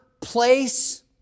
place